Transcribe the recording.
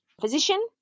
physician